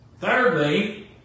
Thirdly